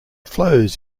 flows